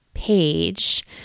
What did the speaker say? page